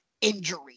injury